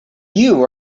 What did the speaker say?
you